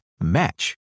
match